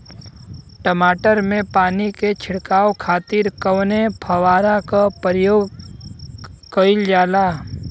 टमाटर में पानी के छिड़काव खातिर कवने फव्वारा का प्रयोग कईल जाला?